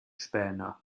späne